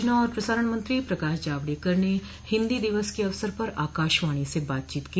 सूचना और प्रसारण मंत्री प्रकाश जावडकर ने हिन्दी दिवस के अवसर पर आकाशवाणी से बातचीत की